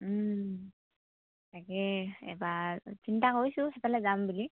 তাকেই এবাৰ চিন্তা কৰিছোঁ সেইফালে যাম বুলি